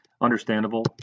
understandable